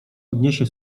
odniesie